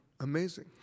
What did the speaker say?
amazing